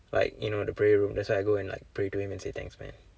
like you know the prayer room there's where I go and like pray to him and say thanks man